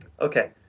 Okay